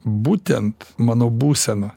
būtent mano būsena